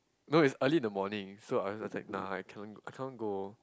no it's early in the morning so I was I was like nah I can't I can't go